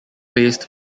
based